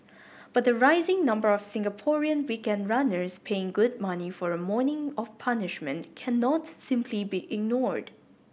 but the rising number of Singaporean weekend runners paying good money for a morning of punishment cannot simply be ignored